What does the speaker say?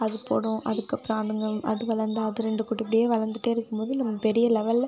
அது போடும் அதுக்கப்புறம் அதுங்கள் அதுங்களிருந்து அது ரெண்டு குட்டி இப்படியே வளர்ந்துட்டே இருக்கும்போது நம்ம பெரிய லெவலில்